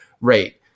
rate